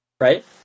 right